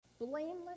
blameless